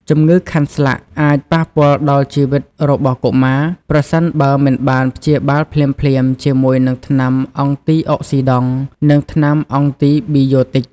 ជំងឺខាន់ស្លាក់អាចប៉ះពាល់ដល់ជីវិតរបស់កុមារ ប្រសិនបើមិនបានព្យាបាលភ្លាមៗជាមួយនឹងថ្នាំអង់ទីអុកស៊ីដង់ និងថ្នាំអង់ទីប៊ីយោទិច។